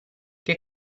che